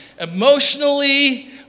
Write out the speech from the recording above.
emotionally